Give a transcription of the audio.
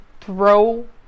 throw